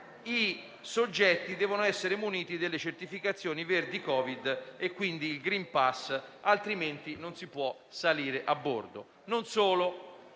i soggetti devono essere muniti delle certificazioni verdi Covid, quindi del *green pass,* altrimenti non si può salire a bordo.